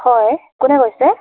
হয় কোনে কৈছে